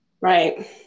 Right